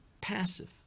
passive